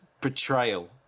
betrayal